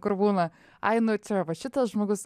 kur būna ai nu čia va šitas žmogus